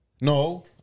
No